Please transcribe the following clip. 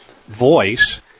Voice